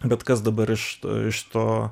bet kas dabar išt iš to